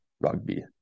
rugby